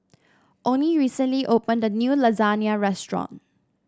Onie recently opened a new Lasagna restaurant